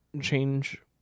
change